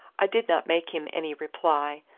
i did not make him any reply.